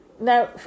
now